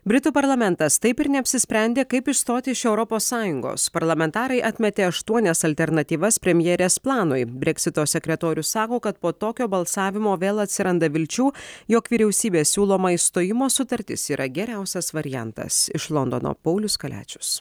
britų parlamentas taip ir neapsisprendė kaip išstoti iš europos sąjungos parlamentarai atmetė aštuonias alternatyvas premjerės planui breksito sekretorius sako kad po tokio balsavimo vėl atsiranda vilčių jog vyriausybės siūloma išstojimo sutartis yra geriausias variantas iš londono paulius kaliačius